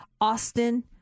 Austin